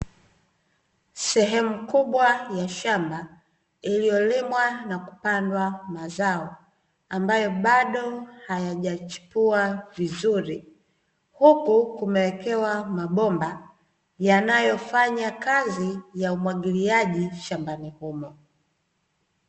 Sehemu kubwa ya shamba iliyolimwa na kupandwa mazao, ambayo bado hayajachipua vizuri, huku kumewekewa mabomba yanayofanya kazi ya umwagiliaji shambani humo.